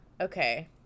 Okay